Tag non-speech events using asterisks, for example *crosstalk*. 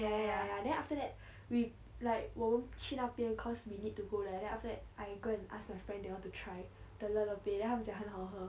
ya ya ya ya then after that *breath* we like 我们去那边 cause we need to go there then after that I go and ask my friend they all to try the lok-lok there then 他们讲很好喝